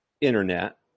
internet